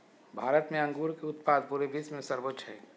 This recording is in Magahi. भारत में अंगूर के उत्पाद पूरे विश्व में सर्वोच्च हइ